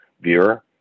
viewer